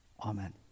Amen